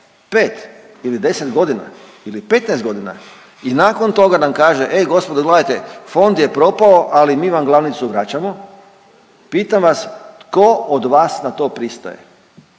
5 ili 10 godina ili 15 godina i nakon toga nam kaže, ej gospodo gledajte fond je propao ali mi vam glavnicu vraćamo, pitam vas tko od vas na to pristaje.